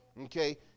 Okay